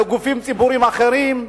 לגופים ציבוריים אחרים.